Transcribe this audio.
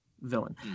villain